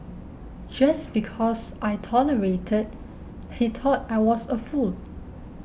just because I tolerated he thought I was a fool